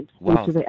Wow